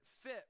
fit